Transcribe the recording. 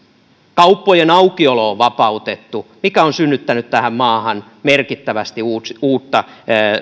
kauppojen aukiolo on vapautettu mikä on synnyttänyt tähän maahan merkittävästi uutta